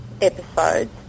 episodes